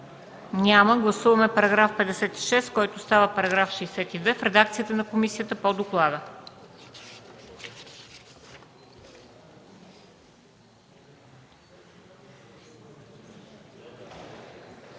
Няма. Гласуваме § 56, който става § 62, в редакцията на комисията по доклада.